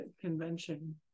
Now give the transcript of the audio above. convention